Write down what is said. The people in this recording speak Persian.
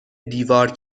دیوار